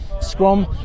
scrum